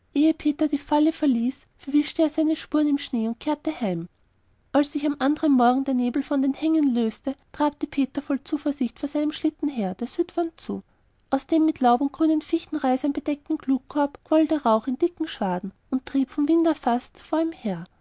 peter die falle verließ verwischte er seine spuren im schnee und kehrte heim als sich am anderen morgen der nebel von den hängen löste trabte peter voll zuversicht vor seinem schlitten her der südwand zu aus dem mit laub und grünen fichtenreisern bedeckten glutkorb quoll der rauch in dicken schwaden und trieb vom wind erfaßt vor ihm her